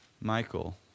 Michael